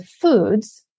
foods